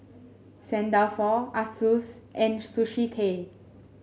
Saint Dalfour Asus and Sushi Tei